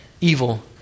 evil